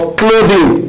clothing